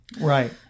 right